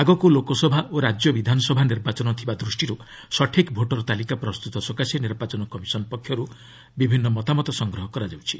ଆଗକୁ ଲୋକସଭା ଓ ରାଜ୍ୟ ବିଧାନସଭା ନିର୍ବାଚନ ଥିବା ଦୃଷ୍ଟିରୁ ସଠିକ୍ ଭୋଟର ତାଲିକା ପ୍ରସ୍ତୁତ ସକାଶେ ନିର୍ବାଚନ କମିଶନ ବିଭିନ୍ନ ପକ୍ଷରୁ ମତାମତ ସଂଗ୍ରହ କରୁଛି